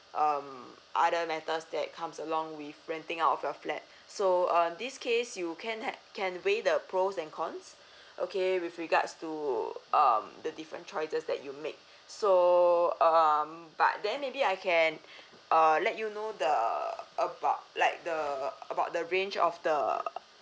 um other matters that comes along with renting out of your flat so on this case you can add can weigh the pros and cons okay with regards to um the different choices that you make so uh but then maybe I can uh let you know the about like the about the range of the